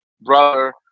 brother